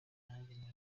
nanjye